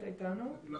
טובים.